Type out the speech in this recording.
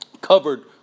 covered